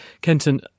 Kenton